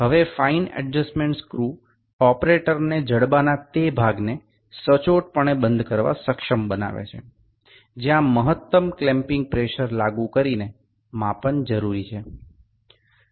હવે finer adjustment screw ઓપરેટરને જડબાના તે ભાગને સચોટ પણે બંધ કરવા સક્ષમ બનાવે છે જ્યાં મહત્તમ ક્લેમ્પિંગ પ્રેશર લાગુ કરીને માપન જરૂરી છે